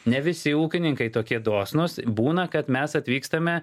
ne visi ūkininkai tokie dosnūs būna kad mes atvykstame